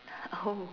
oh